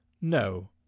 No